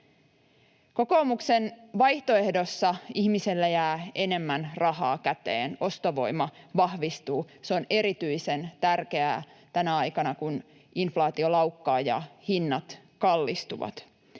Kokoomuksen vaihtoehdossa ihmisellä jää enemmän rahaa käteen, ostovoima vahvistuu. Se on erityisen tärkeää tänä aikana, kun inflaatio laukkaa ja hinnat kallistuvat.